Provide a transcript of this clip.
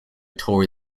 tory